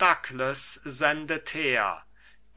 sendet her